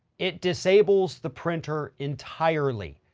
it disables the printer entirely.